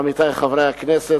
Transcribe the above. עמיתי חברי הכנסת,